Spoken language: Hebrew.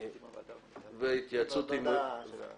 שמעתי מיוסי שהבקשות האלו תקועות.